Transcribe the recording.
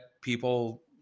people